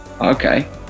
okay